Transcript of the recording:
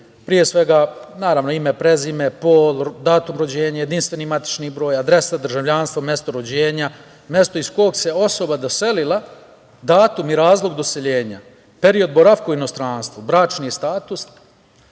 pre svega, naravno ime i prezime, datum rođenja, JMBG, adresa, državljanstvo, mesto rođenja, mesto iz kog se osoba doselila, datum i razlog doseljenja, period boravka u inostranstvu, bračni status.